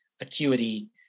acuity